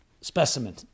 specimen